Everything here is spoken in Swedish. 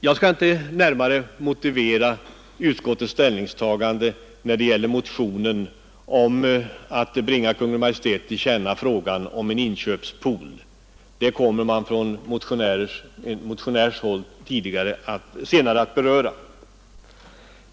Jag skall inte närmare motivera utskottets ställningstagande när det gäller motionen om att bringa Kungl. Maj:t till känna frågan om en inköpspool; det kommer man från motionärens håll senare att beröra.